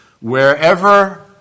wherever